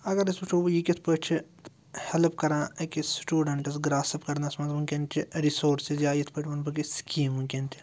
اگر أسۍ وٕچھو وۄنۍ یہِ کِتھ پٲٹھۍ چھِ ہیلٕپ کَران أکِس سٹوٗڈَنٹَس گرٛاسٕپ کَرنَس منٛز وٕنۍکٮ۪ن چھِ رِسورسِز یا یِتھ پٲٹھۍ وَنہٕ بہٕ کِہ سکیٖم وٕنۍکٮ۪ن تہِ